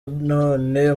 none